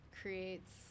creates